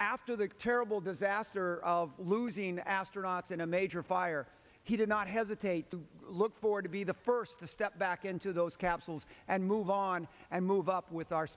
after the terrible disaster of losing astronauts in a major fire he did not hesitate to look forward to be the first to step back into those capsules and move on and move up with our